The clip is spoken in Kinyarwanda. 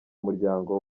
umuryango